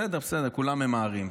בסדר, בסדר, כולם ממהרים.